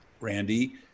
Randy